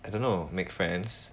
I don't know make friends